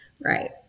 Right